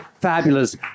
fabulous